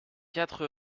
quatre